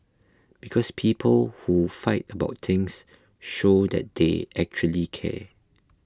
because people who fight about things show that they actually care